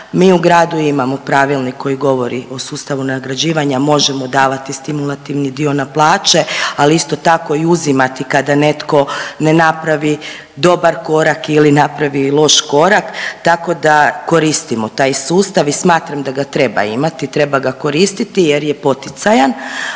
Mi u gradu imamo pravilnik koji govori o sustavu nagrađivanja možemo davati stimulativni dio na plaće, ali isto tako i uzimati kada netko ne napravi dobar korak ili napravi loš korak. Tako da koristimo taj sustav i smatram da ga treba imati, treba ga koristiti jer je poticajan